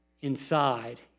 inside